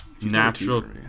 Natural